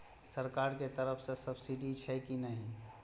सरकार के तरफ से सब्सीडी छै कि नहिं?